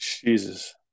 Jesus